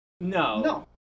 No